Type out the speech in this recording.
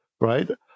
right